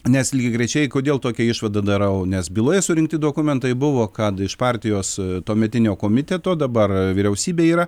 nes lygiagrečiai kodėl tokią išvadą darau nes byloje surinkti dokumentai buvo kad iš partijos tuometinio komiteto dabar vyriausybėj yra